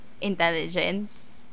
intelligence